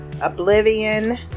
Oblivion